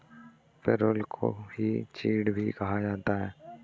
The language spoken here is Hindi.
पिरुल को ही चीड़ भी कहा जाता है